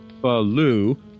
Baloo